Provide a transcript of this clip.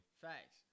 facts